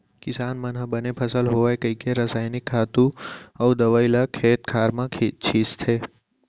किसान मन ह बने फसल होवय कइके रसायनिक खातू अउ दवइ ल खेत खार म छींचथे